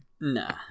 Nah